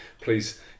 please